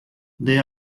the